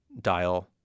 dial